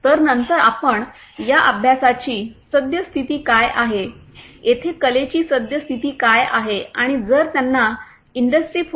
तर नंतर आपण या अभ्यासाची सद्य स्थिती काय आहे येथे कलेची सद्य स्थिती काय आहे आणि जर त्यांना इंडस्ट्री 4